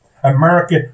America